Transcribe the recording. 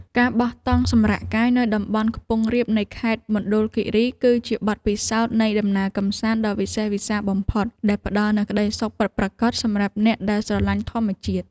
ការបោះតង់សម្រាកកាយនៅតំបន់ខ្ពង់រាបនៃខេត្តមណ្ឌលគីរីគឺជាបទពិសោធន៍នៃដំណើរកម្សាន្តដ៏វិសេសវិសាលបំផុតដែលផ្តល់នូវក្តីសុខពិតប្រាកដសម្រាប់អ្នកដែលស្រឡាញ់ធម្មជាតិ។